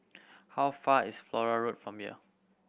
how far is Flora Road from here